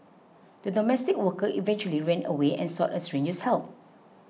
the domestic worker eventually ran away and sought a stranger's help